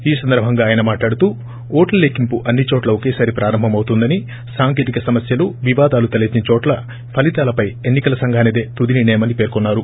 ఈ సందర్భంగా ఆయన మాట్లాడుతూ ఓట్ల లెక్కింపు అన్పి చోట్ల ఒకేసారి ప్రారంభమవుతుందని సాంకేతిక సమస్యలు వివాదాలు తలెత్తిన చోట ఫలీతాలపై ఎన్నికల సంఘానిదే తుది నిర్ణయమని పేర్కొన్నారు